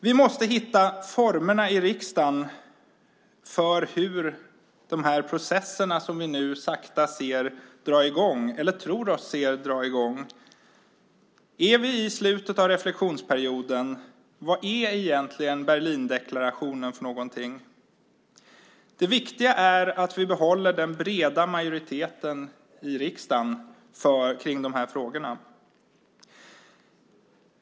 Vi måste hitta formerna i riksdagen för de processer som vi nu ser, eller tror oss se, sakta dra i gång. Är vi i slutet av reflexionsperioden? Vad är egentligen Berlindeklarationen för någonting? Det viktiga är att vi behåller den breda majoriteten i riksdagen kring de här frågorna.